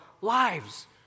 lives